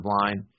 line